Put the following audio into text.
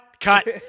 cut